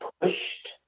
pushed